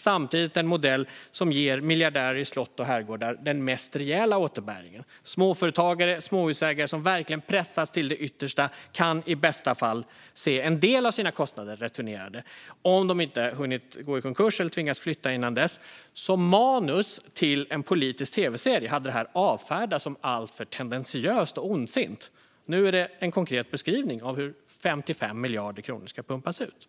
Samtidigt är det en modell som ger miljardärer i slott och herrgårdar den mest rejäla återbäringen. Småföretagare och småhusägare som verkligen pressats till det yttersta kan i bästa fall se en del av sina kostnader returnerade, om de inte hunnit gå i konkurs eller tvingats flytta innan dess. Som manus till en politisk tv-serie hade detta avfärdats som alltför tendentiöst och ondsint. Nu är det en konkret beskrivning av hur 55 miljarder kronor ska pumpas ut.